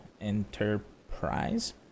Enterprise